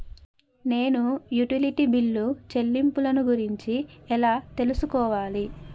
నేను utility bill చెల్లింపులను గురించి ఎలా తెలుసుకోవాలి?